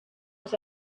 was